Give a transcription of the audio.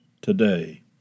today